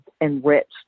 enriched